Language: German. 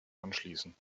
anschließen